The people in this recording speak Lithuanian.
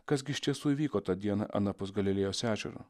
kas gi iš tiesų įvyko tą dieną anapus galilėjos ežero